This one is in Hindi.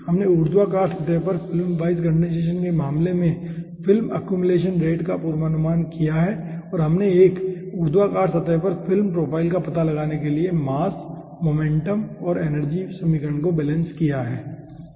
हमने ऊर्ध्वाधर सतह पर फिल्म वाइज कंडेनसेशन के मामले में फिल्म अक्मुलेशन रेट का पूर्वानुमान किया है और हमने एक ऊर्ध्वाधर सतह पर फिल्म प्रोफ़ाइल का पता लगाने के लिए मास मोमेंटम और एनर्जी समीकरण को बैलेंस किया है ठीक है